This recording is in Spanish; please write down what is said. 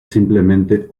simplemente